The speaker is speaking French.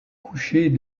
coucher